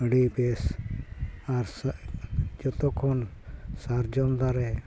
ᱟᱹᱰᱤ ᱵᱮᱥ ᱟᱨ ᱡᱚᱛᱚ ᱠᱷᱚᱱ ᱥᱟᱨᱡᱚᱢ ᱫᱟᱨᱮ